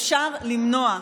אפשר למנוע.